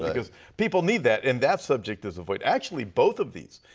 because people need that, and that subject is avoided. actually both of these,